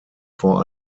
vor